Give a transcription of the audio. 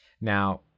Now